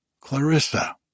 Clarissa